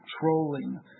trolling